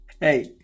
Hey